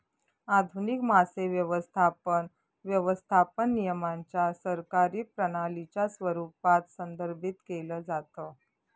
आधुनिक मासे व्यवस्थापन, व्यवस्थापन नियमांच्या सरकारी प्रणालीच्या स्वरूपात संदर्भित केलं जातं